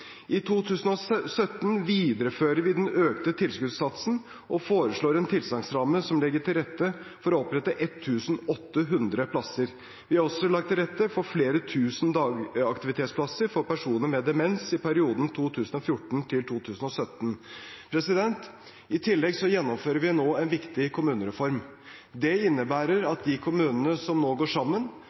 I 2017 viderefører vi den økte tilskuddssatsen og foreslår en tilsagnsramme som legger til rette for å opprette 1 800 plasser. Vi har også lagt til rette for flere tusen dagaktivitetsplasser for personer med demens i perioden 2014–2017. I tillegg gjennomfører vi nå en viktig kommunereform. Det innebærer at de kommunene som nå går sammen,